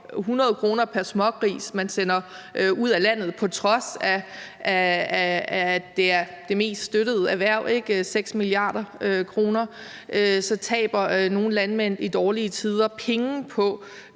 100 kr. pr. smågris, man sender ud af landet. På trods af at det er det mest støttede erhverv med 6 mia. kr., taber nogle landmænd i dårlige tider penge på